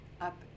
up